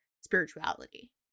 spirituality